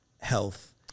health